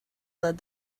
led